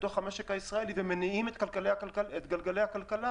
בתוך המשק הישראלי ומניעים את גלגלי הכלכלה.